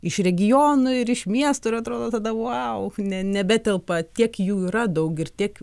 iš regionų ir iš miestų ir atrodo tada vau ne nebetelpa tiek jų yra daug ir tiek